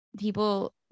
people